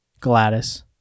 Gladys